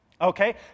Okay